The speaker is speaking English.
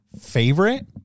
favorite